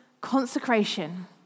consecration